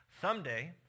someday